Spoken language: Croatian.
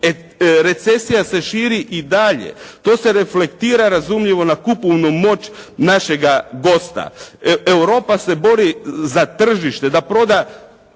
Recesija se širi i dalje. To se reflektira razumljivo na kupovnu moć našega gosta. Europa se bori za tržište, da proda